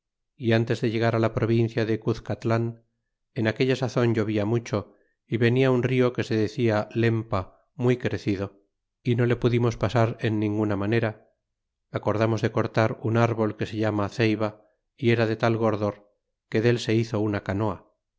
y n tes de llegar á la provincia de cuz callan en aquella sazon novia mucho y venia un hoque sa decía lempa muy crecido y no le pudimos pasar en ninguna manera acordamos de cortar un árbol que se llama ceiba y era de tal gordor que del se hizo una canoa